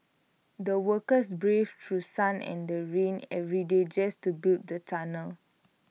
the workers braved through sun and rain every day just to build the tunnel